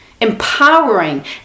empowering